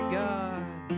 god